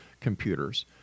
computers